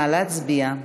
נא להצביע.